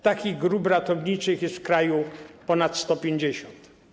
Takich grup ratowniczych jest w kraju pond 150.